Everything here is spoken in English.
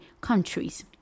countries